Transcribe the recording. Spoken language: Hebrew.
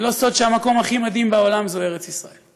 זה לא סוד שהמקום הכי מדהים בעולם זה ארץ ישראל.